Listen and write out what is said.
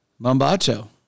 Mambacho